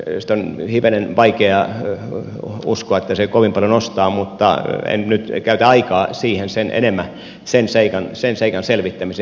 siitä on hivenen vaikea uskoa että se kovin paljon nostaa mutta en nyt käytä aikaa sen enempää sen seikan selvittämiseen